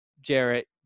Jarrett